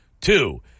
Two